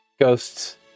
Ghosts